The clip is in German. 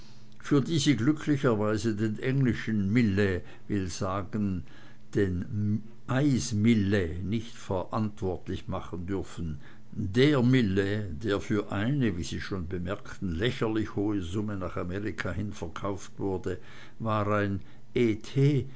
für die sie glücklicherweise den englischen millais will also sagen den ais millais nicht verantwortlich machen dürfen der millet der für eine wie sie schon bemerkten lächerlich hohe summe nach amerika hin verkauft wurde war ein